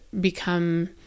become